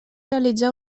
realitzar